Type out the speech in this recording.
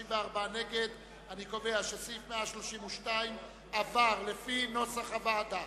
אני קובע שסעיף 128 עבר כנוסח הוועדה.